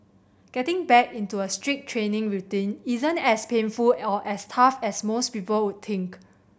getting back into a strict training routine isn't as painful or as tough as most people would think